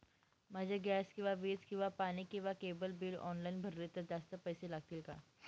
मी माझे गॅस किंवा वीज किंवा पाणी किंवा केबल बिल ऑनलाईन भरले तर जास्त पैसे लागतील का?